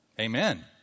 Amen